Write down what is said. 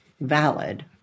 valid